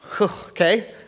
okay